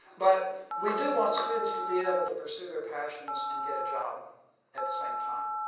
but we do want students to be able to pursue their passions and get a job at the same time.